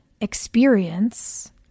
experience